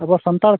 ᱟᱵᱚ ᱥᱟᱱᱛᱟᱲ ᱠᱚ